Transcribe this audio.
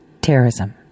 terrorism